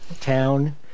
town